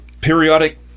periodic